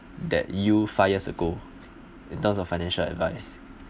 that you five years ago in terms of financial advice